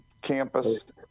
campus